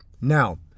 Now